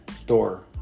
store